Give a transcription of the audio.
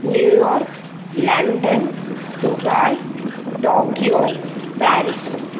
New York London Dubai Tokyo Paris